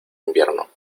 invierno